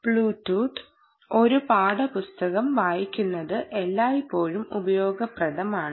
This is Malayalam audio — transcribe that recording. ബ്ലൂടൂത്ത് ഒരു പാഠപുസ്തകം വായികുന്നത് എല്ലായ്പ്പോഴും ഉപയോഗപ്രദമാണ്